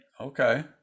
Okay